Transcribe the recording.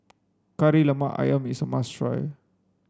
Kari Lemak Ayam is must try